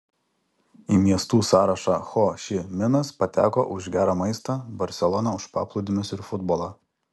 į miestų sąrašą ho ši minas pateko už gerą maistą barselona už paplūdimius ir futbolą